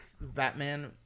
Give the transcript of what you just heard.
Batman